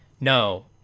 No